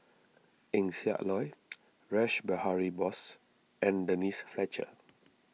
Eng Siak Loy Rash Behari Bose and Denise Fletcher